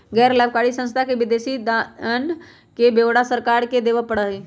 गैर लाभकारी संस्था के विदेशी दान के ब्यौरा सरकार के देवा पड़ा हई